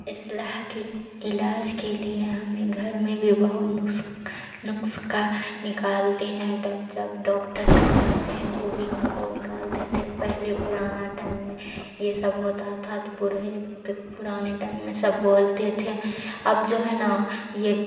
اصلاح کے علاج کے لیے ہمیں گھر میں بھی بہت نسخہ نکالتے ہیں ڈب جب ڈاکٹر کن جاتے ہیں وہ بھی ہم کو نکالتے تھے پہلے پرانا ٹائم میں یہ سب ہوتا تھا تو پرانے ٹائم میں سب بولتے تھے اب جو ہے نا یہ